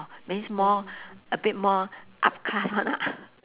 means more a bit more up class one lah